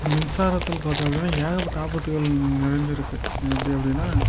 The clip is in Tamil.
மின்சாரத்தில் பார்த்தோம் அப்படின்னா ஏகப்பட்ட ஆபத்துகள் நிறைஞ்சிருக்கு எப்படி அப்படின்னா